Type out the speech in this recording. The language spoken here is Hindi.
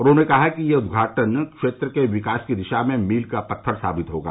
उन्होंने कहा कि यह उद्घाटन क्षेत्र के विकास की दिशा में मील का पत्थर साबित होगा